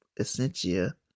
Essentia